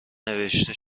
نوشته